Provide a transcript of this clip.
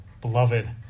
Beloved